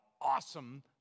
awesome